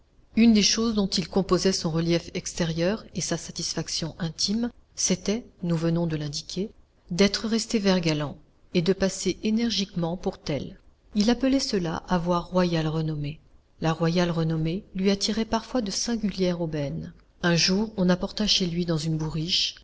une des choses dont il composait son relief extérieur et sa satisfaction intime c'était nous venons de l'indiquer d'être resté vert galant et de passer énergiquement pour tel il appelait cela avoir royale renommée la royale renommée lui attirait parfois de singulières aubaines un jour on apporta chez lui dans une bourriche